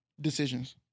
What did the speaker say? Decisions